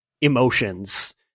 emotions